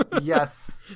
Yes